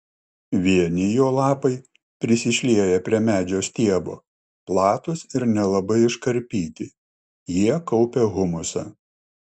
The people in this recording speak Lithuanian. vieni jo lapai prisišlieję prie medžio stiebo platūs ir nelabai iškarpyti jie kaupia humusą